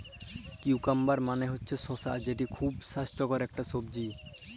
cucumber মালে হছে শসা যেট খুব স্বাস্থ্যকর ইকট সবজি